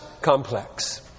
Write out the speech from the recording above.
complex